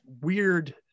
weird